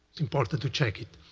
important to check it.